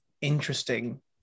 interesting